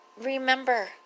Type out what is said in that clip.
remember